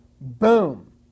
Boom